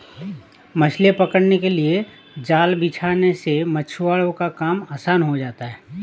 मछलियां पकड़ने के लिए जाल बिछाने से मछुआरों का काम आसान हो जाता है